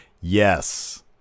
Yes